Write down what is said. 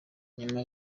nyuma